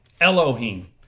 Elohim